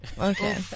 Okay